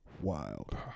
Wild